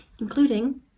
including